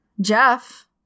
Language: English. jeff